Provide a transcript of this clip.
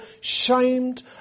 shamed